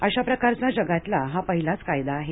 अशा प्रकारचा जगातला हा पहिलाच कायदा आहे